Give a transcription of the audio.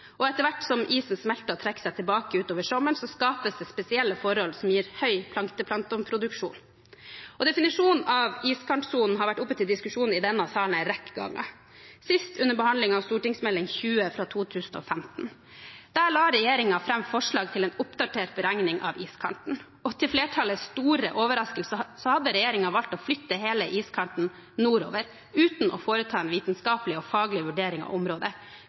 Etter hvert som isen smelter og trekker seg tilbake utover sommeren, skapes det spesielle forhold som gir høy planktonproduksjon. Definisjonen av iskantsonen har vært oppe til diskusjon i denne salen en rekke ganger, sist under behandling av Meld. St. 20 for 2014–2015. Da la regjeringen fram forslag til en oppdatert beregning av iskanten. Til flertallets store overraskelse hadde regjeringen valgt å flytte hele iskanten nordover, uten å foreta en vitenskapelig og faglig vurdering av området,